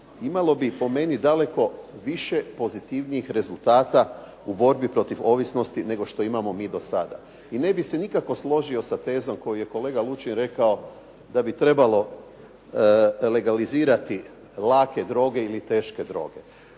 imalo bi po meni daleko više pozitivnijih rezultata u borbi protiv ovisnosti nego što imamo mi do sada. I ne bi se nikako složio sa tezom koju je kolega Lučin rekao da bi trebalo legalizirati lake droge ili teške droge.